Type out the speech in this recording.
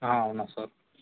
అవునా సార్